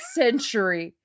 century